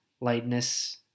lightness